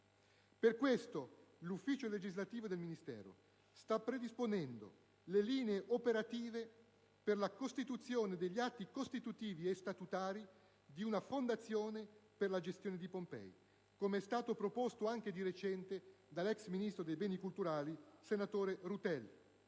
Per questo, l'ufficio legislativo del Ministero sta predisponendo le linee operative per la definizione degli atti costitutivi e statutari di una fondazione per la gestione di Pompei, come è stato proposto di recente anche dall'ex ministro per i beni e le attività culturali, senatore Rutelli.